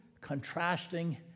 contrasting